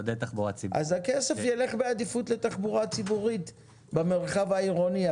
אז הכסף יילך בעדיפות לתחבורה הציבורית במרחב העירוני,